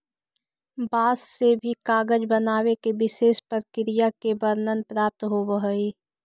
बाँस से भी कागज बनावे के विशेष प्रक्रिया के वर्णन प्राप्त होवऽ हई